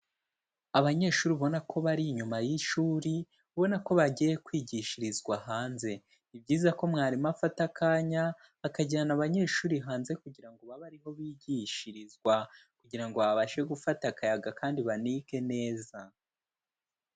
Abanyeshuri ubona ko bari inyuma y'ishuri ubona ko bagiye kwigishirizwa hanze, ni byiza ko mwarimu afata akanya akajyana abanyeshuri hanze kugira ngo bababe ari ho bigishirizwa kugira ngo babashe gufata akayaga kandi banige neza.